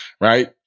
right